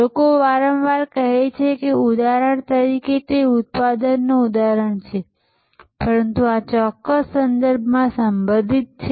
લોકો વારંવાર કહે છે કે ઉદાહરણ તરીકે તે ઉત્પાદનનું ઉદાહરણ છે પરંતુ આ ચોક્કસ સંદર્ભમાં સંબંધિત છે